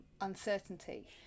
uncertainty